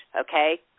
okay